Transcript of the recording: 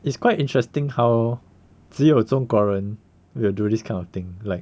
it's quite interesting how 只有中国人 will do this kind of thing like